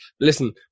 listen